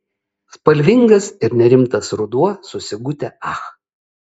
spalvingas ir nerimtas ruduo su sigute ach